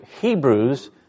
Hebrews